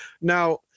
now